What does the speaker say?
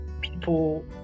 people